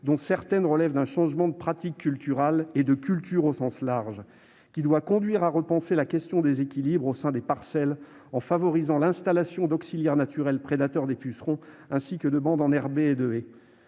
d'entre elles relèvent d'un changement de pratiques culturales, et de culture au sens large, qui doit conduire à repenser la question des équilibres au sein des parcelles en favorisant l'installation d'auxiliaires naturels prédateurs des pucerons, ainsi que de bandes enherbées et de haies.